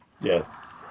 Yes